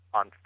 on